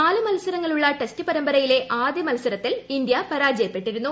നാലു മത്സരങ്ങളുള്ള ടെസ്റ്റ് പരമ്പരയിലെ ആദ്യ കളിയിൽ ഇന്ത്യ പരാജയപ്പെട്ടിരുന്നു